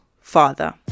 father